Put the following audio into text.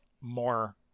more